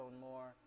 more